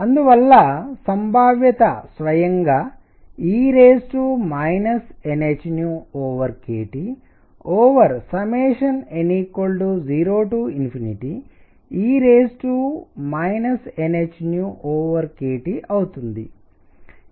అందువల్ల సంభావ్యత స్వయంగా e nhkTn0e nhkTఅవుతుంది